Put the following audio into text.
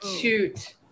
shoot